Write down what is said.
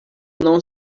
não